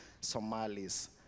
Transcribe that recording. somalis